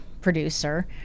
producer